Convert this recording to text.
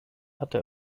hatte